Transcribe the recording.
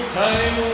time